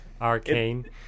Arcane